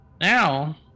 Now